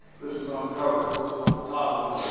this is on the cover. this is on the top of